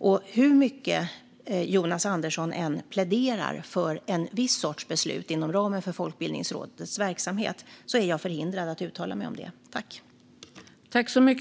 så hur mycket Jonas Andersson än pläderar för en viss sorts beslut inom ramen för Folkbildningsrådets verksamhet är jag förhindrad att uttala mig om det.